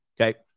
Okay